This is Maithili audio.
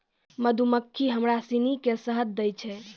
मधुमक्खी हमरा सिनी के शहद दै छै